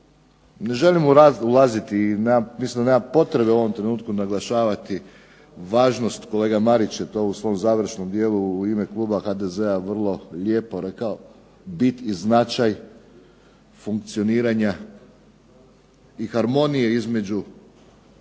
Ne želimo u rad ulaziti i mislim da nema potrebe u ovom trenutku naglašavati važnost, kolega Marić je to u svom završnom dijelu u ime kluba HDZ-a vrlo lijepo rekao bit i značaj funkcioniranja i harmonije između